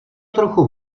trochu